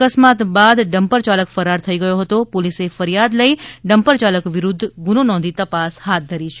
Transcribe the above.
અકસ્માત બાદ ડમ્પર ચાલક ફરાર થઈ ગયો હતો પોલોસે ફરિયાદ લઈ ડમ્પર ચાલક વિરુદ્ધ ગુનો નોંધી તપાસ હાથ ધરી છે